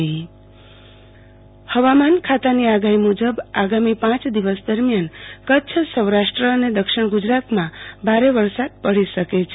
આરતી ભદ્દ હવામાન હવામાન ખાતાની આગાહી મુજબ આ આગામી પાંચ દિવસ દરમ્યાન કચ્છ સૌરાષ્ટ્ર અને દક્ષિણ ગુજરાતમાં ભારે વરસાદ પડી શકે છે